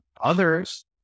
Others